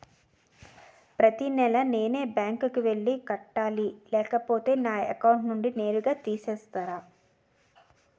ప్రతి నెల నేనే బ్యాంక్ కి వెళ్లి కట్టాలి లేకపోతే నా అకౌంట్ నుంచి నేరుగా తీసేస్తర?